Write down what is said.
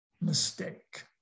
mistake